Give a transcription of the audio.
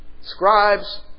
scribes